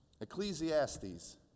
Ecclesiastes